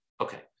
Okay